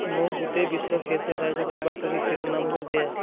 মোক গোটেই বিশ্বৰ শেহতীয়া ৰাজনৈতিক বাতৰিৰ শিৰোনামবোৰ দিয়া